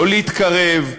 לא להתקרב,